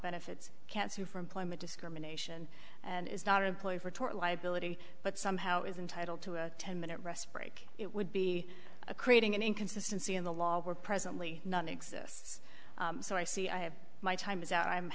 benefits can't sue for employment discrimination and is not employed for tort liability but somehow is entitled to a ten minute rest break it would be creating an inconsistency in the law we're presently none exists so i see i have my time is out i'm